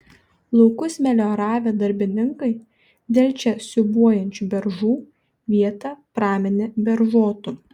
laukus melioravę darbininkai dėl čia siūbuojančių beržų vietą praminė beržotu